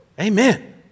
Amen